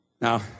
Now